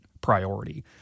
priority